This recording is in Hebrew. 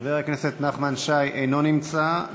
חבר הכנסת נחמן שי אינו נמצא,